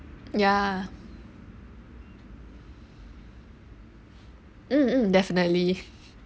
ya mm mm definitely